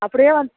அப்படியே வந்